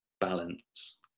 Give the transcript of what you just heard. balance